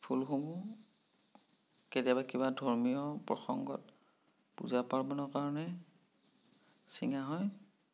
ফুলসমূহ কেতিয়াবা কিবা ধৰ্মীয় প্ৰসংগত পূজা পাৰ্বণৰ কাৰণে ছিঙা হয়